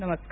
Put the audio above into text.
नमस्कार